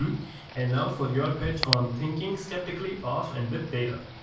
and and now, for your pitch on thinking skeptically off and with data.